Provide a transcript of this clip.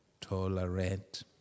tolerate